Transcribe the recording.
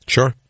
Sure